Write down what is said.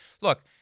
look –